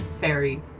fairy